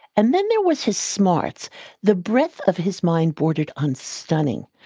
and then there was his smarts the breadth of his mind bordered on stunning.